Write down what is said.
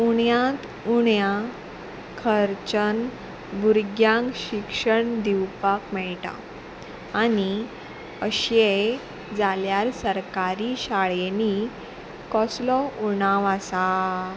उण्यांत उण्या खर्च्यान भुरग्यांक शिक्षण दिवपाक मेळटा आनी अशेंय जाल्यार सरकारी शाळेंनी कसलो उणाव आसा